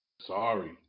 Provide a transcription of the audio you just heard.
sorry